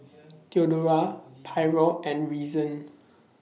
Theodora Pryor and Reason